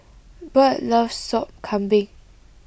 Bert loves Sop Kambing